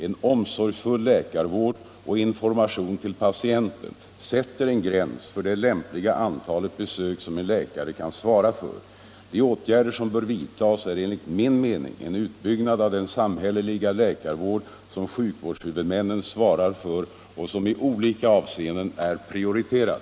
En omsorgsfull läkarvård och information till patienten sätter en gräns för det lämpliga antalet besök som en läkare kan svara för. De åtgärder som bör vidtas är enligt min mening en utbyggnad av den samhälleliga läkarvård som sjukvårdshuvudmännen svarar för och som i olika avseenden är prioriterad.